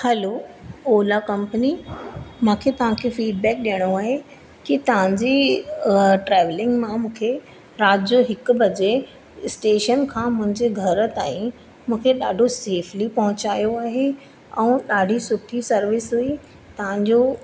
हलो Ola company मूंखे तव्हां खे फीडबैक ॾियणो आहे कि तव्हां जी ट्रेवलिंग मां मूंखे राति जो हिकु बजे स्टेशन खां मुंहिंजे घर ताईं मूंखे ॾाढो सेफली पहुचायो आहे ऐं ॾाढी सुठी सर्विस हुई तव्हां जो